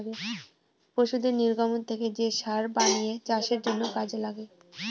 পশুদের নির্গমন থেকে যে সার বানিয়ে চাষের জন্য কাজে লাগে